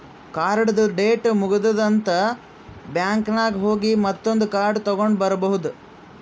ಕಾರ್ಡ್ದು ಡೇಟ್ ಮುಗದೂದ್ ಅಂತ್ ಬ್ಯಾಂಕ್ ನಾಗ್ ಹೋಗಿ ಮತ್ತೊಂದ್ ಕಾರ್ಡ್ ತಗೊಂಡ್ ಬರ್ಬಹುದ್